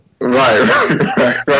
Right